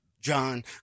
John